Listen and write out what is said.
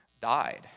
died